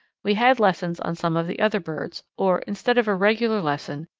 we had lessons on some of the other birds, or, instead of a regular lesson,